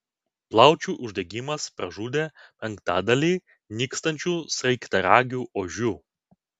plaučių uždegimas pražudė penktadalį nykstančių sraigtaragių ožių